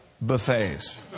buffets